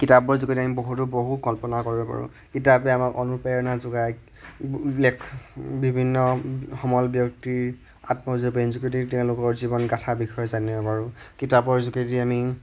কিতাপৰ যোগেদি আমি বহুতো বহু কল্পনা কৰিব পাৰোঁ কিতাপে আমাক অনুপ্ৰেৰণা যোগায় বিভিন্ন সমল ব্যক্তিৰ আত্মজীৱনীৰ যোগেদি তেওঁলোকৰ জীৱন গাথাৰ বিষয়ে জানিব পাৰোঁ কিতাপৰ যোগেদি আমি